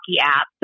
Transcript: app